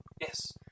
Yes